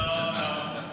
לא, לא.